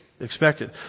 expected